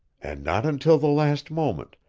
and not until the last moment,